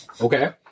Okay